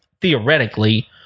theoretically